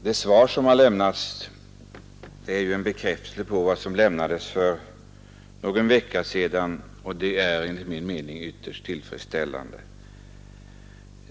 Herr talman! Interpellationssvaret är en bekräftelse på den uppgift som lämnades för någon vecka sedan, och det är enligt min mening ytterst tillfredsställande.